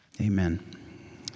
amen